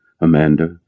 Amanda